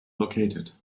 located